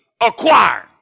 acquire